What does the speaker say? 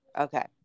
okay